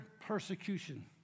persecution